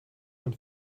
man